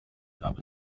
gab